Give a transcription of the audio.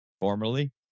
formerly